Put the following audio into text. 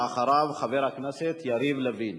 ואחריו, חבר הכנסת יריב לוין.